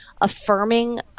affirming